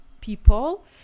people